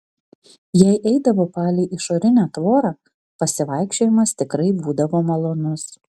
jei eidavo palei išorinę tvorą pasivaikščiojimas tikrai būdavo malonus